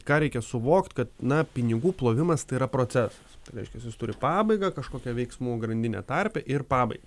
ką reikia suvokti kad na pinigų plovimas tai yra procesas reiškiasi jis turi pabaigą kažkokią veiksmų grandinę tarpe ir pabaigą